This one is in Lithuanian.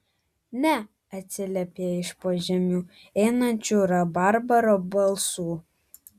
ne atsiliepė iš po žemių einančiu rabarbaro balsu